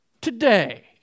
Today